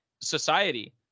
society